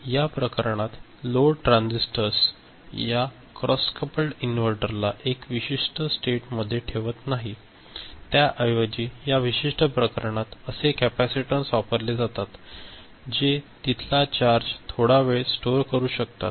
या प्रकरणात हे लोड ट्रान्झिस्टर्स या क्रॉस कपल्ड इनव्हर्टर ला एका विशिष्ट स्टेट मध्ये ठेवत नाही त्याऐवजी या विशिष्ट प्रकरणात असे कॅपेसिटीन्स वापरले जातात जे तिथला चार्ज थोडा वेळ स्टोर करू शकतात